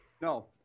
No